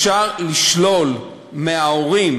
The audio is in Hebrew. אפשר לשלול מההורים